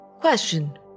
Question